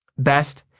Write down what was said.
best,